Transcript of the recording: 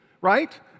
right